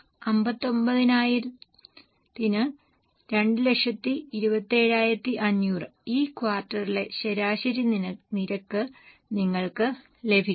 59000 ന് 227500 ഈ ക്വാർട്ടറിലെ ശരാശരി നിരക്ക് നിങ്ങൾക്ക് ലഭിക്കും